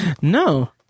No